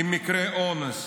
עם מקרי אונס.